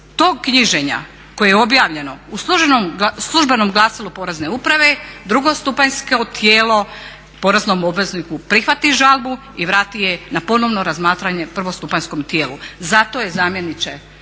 tog knjiženja koje je objavljeno u Službenom glasilu Porezne uprave drugostupanjsko tijelo poreznom obvezniku prihvati žalbu i vrati je na ponovno razmatranje prvostupanjskom tijelu. Zato je zamjeniče